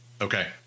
Okay